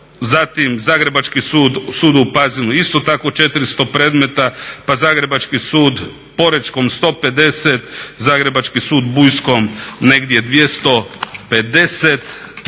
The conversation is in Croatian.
zatim zagrebački Sudu u Pazinu isto tako 400 predmeta pa zagrebački sud porečkom 150, zagrebački sud bujskom negdje 250